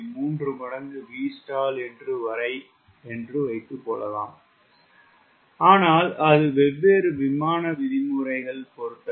3 மடங்கு Vstall என்று வரை வைத்து காணலாம் ஆனால் அது வெவ்வேறு விமான விதிமுறைகள் பொறுத்தவை